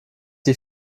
die